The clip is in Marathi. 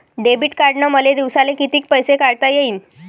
डेबिट कार्डनं मले दिवसाले कितीक पैसे काढता येईन?